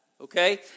Okay